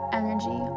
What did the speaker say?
energy